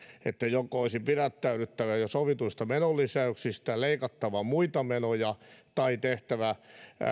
että joko olisi pidättäydyttävä jo sovituista menolisäyksistä leikattava muita menoja tai tehtävä